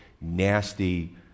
nasty